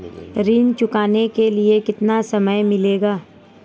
ऋण चुकाने के लिए कितना समय मिलेगा?